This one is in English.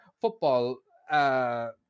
football